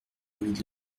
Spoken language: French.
mille